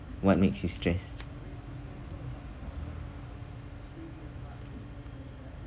what makes you stressed